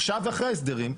עכשיו ואחרי ההסדרים,